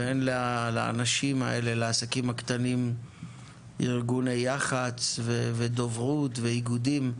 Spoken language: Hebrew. ואין לעסקים הקטנים ארגוני יח"צ, דוברות ואיגודים.